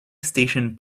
station